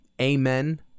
Amen